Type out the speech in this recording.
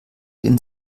den